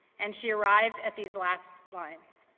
and she arrived at these last lines.